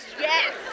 Yes